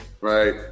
Right